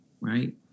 Right